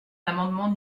l’amendement